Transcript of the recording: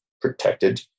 protected